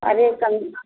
अरे कम